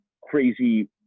crazy